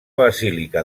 basílica